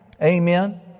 Amen